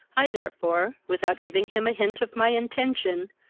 i therefore, without giving him a hint of my intention,